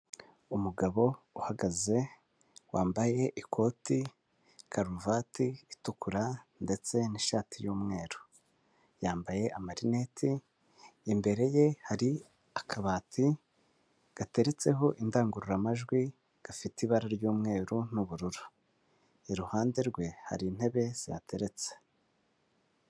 Umugabo uhagaze wambaye ikoti karuvati itukura ndetse n'ishati y'umweru, yambaye amarineti, imbere ye hari akabati gateretseho indangururamajwi gafite ibara ry'umweru n'ubururu, iruhande rwe hari intebe zihateretse.